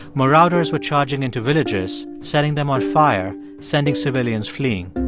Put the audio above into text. marauders were charging into villages, setting them on fire, sending civilians fleeing.